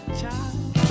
child